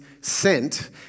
sent